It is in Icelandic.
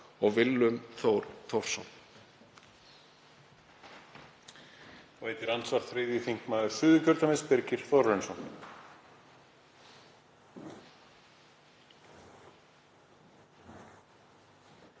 og Willum Þór Þórsson.